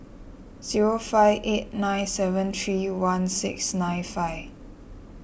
zero five eight nine seven three one six nine five